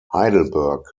heidelberg